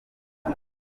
byago